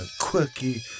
quirky